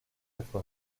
quatre